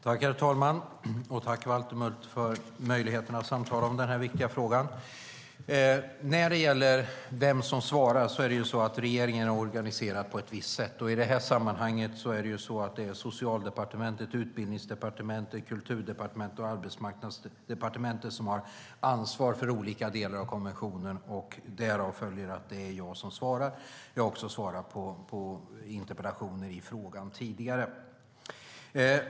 Herr talman! Jag tackar Valter Mutt för möjligheten att samtala om denna viktiga fråga. När det gäller vem som svarar är regeringen organiserad på ett visst sätt. I det här sammanhanget har Socialdepartementet, Utbildningsdepartementet, Kulturdepartementet och Arbetsmarknadsdepartementet ansvar för olika delar av konventionen. Därav följer att det är jag som svarar. Jag har också svarat på interpellationer i frågan tidigare.